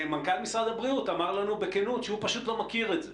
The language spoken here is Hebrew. -- ומנכ"ל משרד הבריאות אמר לנו בכנות שהוא פשוט לא מכיר את זה.